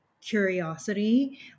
curiosity